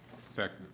Second